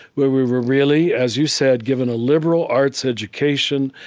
where we were really, as you said, given a liberal arts education,